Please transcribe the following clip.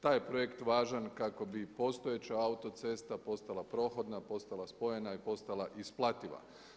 Taj je projekt važan kako bi postojeća autocesta postala prohodna, postala spojena i postala isplativa.